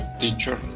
teacher